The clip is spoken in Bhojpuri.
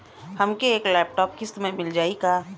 हमके एक लैपटॉप किस्त मे मिल जाई का?